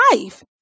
life